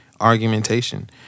argumentation